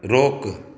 रोकु